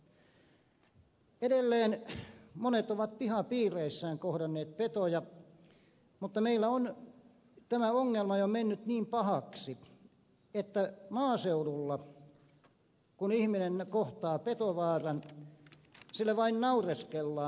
edelleen monet ovat pihapiireissään kohdanneet petoja mutta meillä on tämä ongelma jo mennyt niin pahaksi että maaseudulla kun ihminen kohtaa petovaaran sille vain naureskellaan